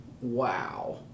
Wow